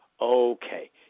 Okay